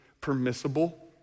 permissible